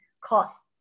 costs